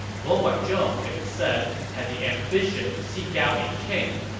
luo guanzhong, it is said, had the ambition to seek out a king.